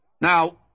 Now